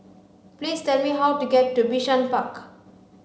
please tell me how to get to Bishan Park